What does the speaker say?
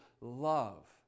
love